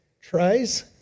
tries